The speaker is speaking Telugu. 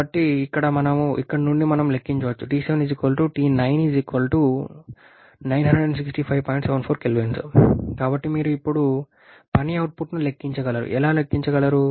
కాబట్టి ఇక్కడ నుండి మనం లెక్కించవచ్చు కాబట్టి మీరు ఇప్పుడు పని అవుట్పుట్ను ఎలా లెక్కించగలరు